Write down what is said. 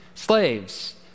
Slaves